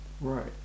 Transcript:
Right